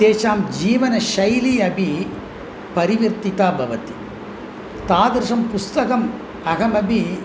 तेषां जीवनशैली अपि परिवर्तिता भवति तादृशं पुस्तकम् अहमपि